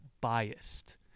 biased